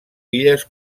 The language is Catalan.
illes